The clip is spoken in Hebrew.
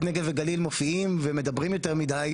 נגב וגליל מופיעים ומדברים יותר מדי,